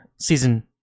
season